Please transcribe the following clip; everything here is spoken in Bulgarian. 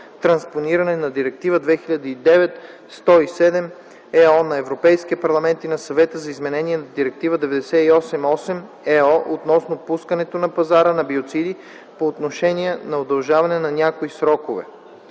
транспониране на Директива 2009/107/ЕО на Европейския парламент и на Съвета за изменение на Директива 98/8/ЕО относно пускането на пазара на биоциди по отношения на удължаване на някои срокове.